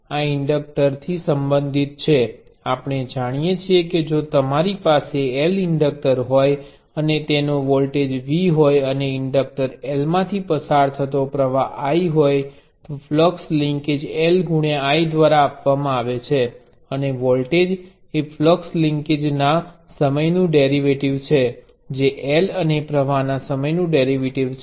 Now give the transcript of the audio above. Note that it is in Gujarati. આ ઇન્ડેક્ટરથી સંબંધિત છે આપણે જાણીએ છીએ કે જો તમારી પાસે L ઇન્ડકટર હોય અને તેનો વોલ્ટેજ V હોય અને ઈન્ડકટર L માંથી પસાર થતો પ્રવાહ I હોય તો ફ્લક્સ લિન્કેજ LI દ્વારા આપવામાં આવે છે અને વોલ્ટેજ એ ફ્લક્સ લિન્કેજ ના સમયનુ ડેરિવેટિવ છે જે L અને પ્રવાહ ના સમયનુ ડેરીવેટિવ છે